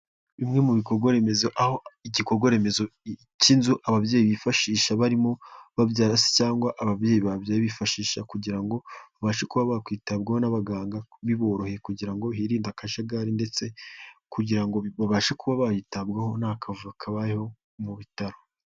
Bimwe mu bikorwa remezo aho igikorwa remezo cy'inzu ababyeyi bifashisha barimo babyara cyangwa se ababyeyi babyaye bifashisha kugira ngo babashe kuba bakwitabwaho n'abaganga biborohe kugira ngo hirinde akajagari ndetse kugira ngo babashe kuba bayitabwaho nta kavuyo kabayeho mu bitaro.